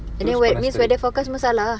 and then means weather forecast semua salah lah